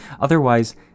Otherwise